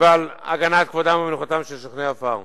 ועל הגנת כבודם ומנוחתם של שוכני עפר,